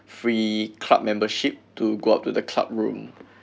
free club membership to go up to the club room